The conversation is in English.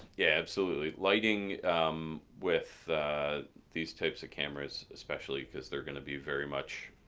yeah. absolutely lighting with these types of cameras especially because they're going to be very much,